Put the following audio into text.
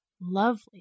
lovely